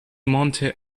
monte